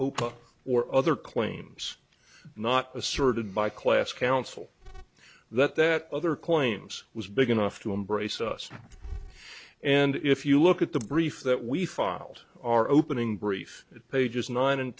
look opa or other claims not asserted by class counsel that that other claims was big enough to embrace us and if you look at the brief that we filed our opening brief at pages nine and